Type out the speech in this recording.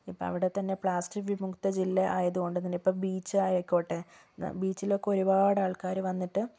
ഇപ്പോൾ അവിടെത്തന്നെ പ്ലാസ്റ്റിക് വിമുക്ത ജില്ല ആയതുകൊണ്ട് തന്നെ ഇപ്പോൾ ബീച്ചായിക്കോട്ടെ ബീച്ചിലൊക്കെ ഒരുപാടാൾക്കാർ വന്നിട്ട്